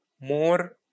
more